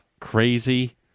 crazy